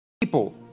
people